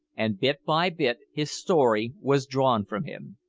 and, bit by bit, his story was drawn from him.